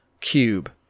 cube